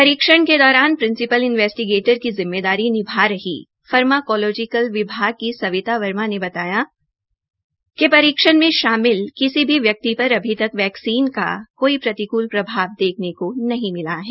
परीक्षण के दौरान प्रिसीपल इंवेस्टीगेटर की जिम्मेदारी निभा रही फर्माकोलोजिकल विमाग की सुनीता वर्मा ने बताया कि परीक्षण में शामिल किसी भी वयक्ति पर अभी तक वैक्सीन का कोई प्रतिकूल प्रभाव देखेने को नहीं मिला है